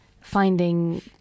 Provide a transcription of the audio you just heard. finding